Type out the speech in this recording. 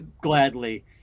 gladly